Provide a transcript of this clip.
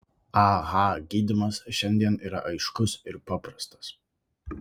ah gydymas šiandien yra aiškus ir paprastas